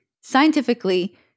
scientifically